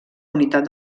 unitat